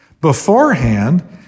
Beforehand